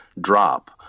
drop